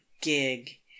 gig